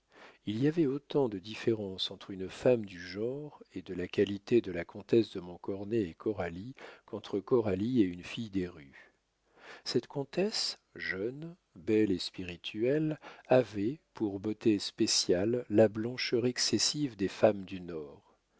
il y avait autant de différence entre une femme du genre et de la qualité de la comtesse de montcornet et coralie qu'entre coralie et une fille des rues cette comtesse jeune belle et spirituelle avait pour beauté spéciale la blancheur excessive des femmes du nord